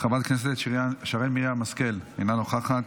חברת הכנסת שרן מרים השכל, אינה נוכחת.